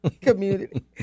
community